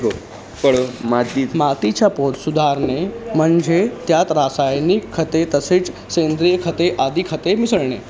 मातीचा पोत सुधारणे म्हणजे त्यात रासायनिक खते तसेच सेंद्रिय खते आदी खते मिसळणे